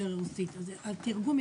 בבקשה, קיריל.